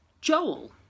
Joel